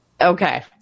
Okay